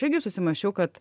taigi susimąsčiau kad